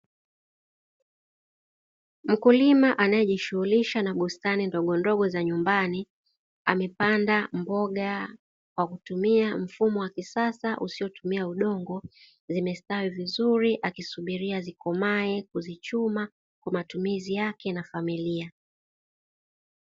Mkulima anae jishuhulisha na bustani ndogondogo za nyumbani amepanda mboga kwa kutumia mfumo wa kisasa usio tumia udongo, zimestawi vizuri akisubiria zikomae kuzichuma kwa matumizi yake na familia.